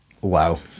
Wow